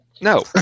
No